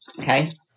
Okay